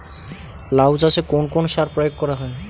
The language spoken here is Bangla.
লাউ চাষে কোন কোন সার প্রয়োগ করা হয়?